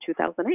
2008